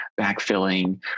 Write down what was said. backfilling